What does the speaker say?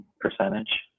percentage